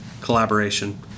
collaboration